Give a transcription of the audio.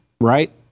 right